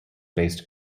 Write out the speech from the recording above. based